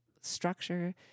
structure